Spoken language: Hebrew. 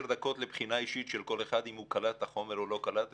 דקות לבחינה האישית אם הוא קלט את החומר או לא קלט.